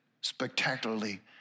spectacularly